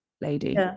lady